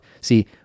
See